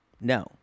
no